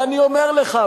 אני אומר לך,